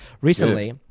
Recently